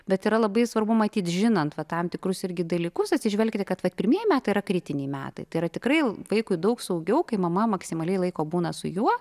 bet yra labai svarbu matyt žinant tam tikrus irgi dalykus atsižvelgti kad pirmieji metai yra kritiniai metai tai yra tikrai vaikui daug saugiau kai mama maksimaliai laiko būna su juo